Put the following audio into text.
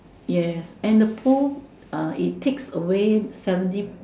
yes and the pool uh it takes away seventy